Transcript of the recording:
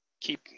keep